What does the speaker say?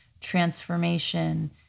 transformation